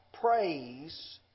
praise